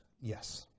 Yes